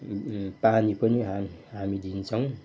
पानी पनि हामी हामी दिन्छौँ